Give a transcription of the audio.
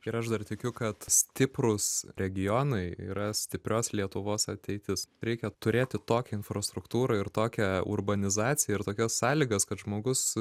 ir aš dar tikiu kad stiprūs regionai yra stiprios lietuvos ateitis reikia turėti tokią infrastruktūrą ir tokią urbanizaciją ir tokias sąlygas kad žmogus